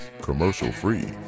commercial-free